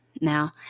Now